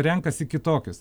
renkasi kitokius